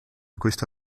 questo